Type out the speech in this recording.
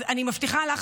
אז אני מבטיחה לך,